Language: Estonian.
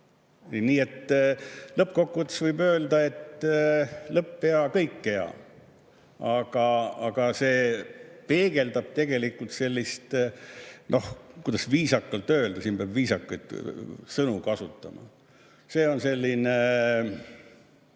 Nii et lõppkokkuvõttes võib öelda, et lõpp hea, kõik hea. Kuid see peegeldab tegelikult sellist ... Noh, kuidas viisakalt öelda? Siin peab viisakaid sõnu kasutama. See on selline ...